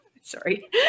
Sorry